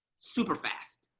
super fast.